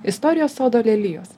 istorijos sodo lelijos